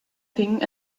thing